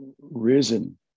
risen